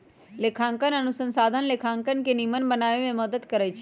लेखांकन अनुसंधान लेखांकन के निम्मन बनाबे में मदद करइ छै